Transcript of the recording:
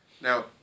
Now